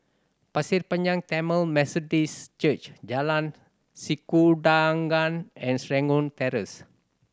Pasir Panjang Tamil Methodist Church Jalan Sikudangan and Serangoon Terrace